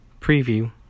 Preview